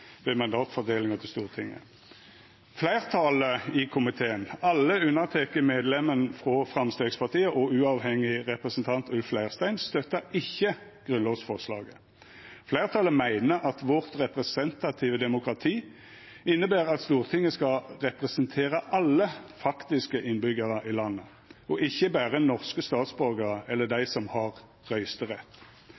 ved mandatfordelinga til Stortinget. Fleirtalet i komiteen, alle unnateke medlemen frå Framstegspartiet og uavhengig representant Ulf Leirstein, støttar ikkje grunnlovsforslaget. Fleirtalet meiner at det representative demokratiet vårt inneber at Stortinget skal representera alle faktiske innbyggjarar i landet, og ikkje berre norske statsborgarar eller dei